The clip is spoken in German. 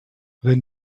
wenn